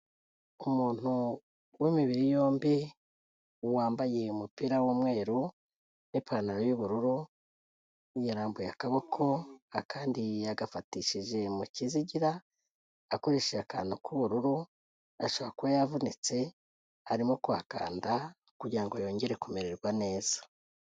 Umuntu w'imibiri yombi, wambaye umupira w'umweru n'ipantaro y'ubururu, yarambuye akaboko, akandi yagafatishije mu kizigira akoresheje akantu k'ubururu, ashobora kuba yavunitse, arimo kuhakanda kugira ngo yongere kumererwa neza.